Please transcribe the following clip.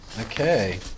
Okay